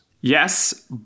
Yes